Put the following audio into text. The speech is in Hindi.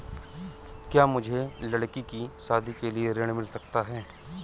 क्या मुझे लडकी की शादी के लिए ऋण मिल सकता है?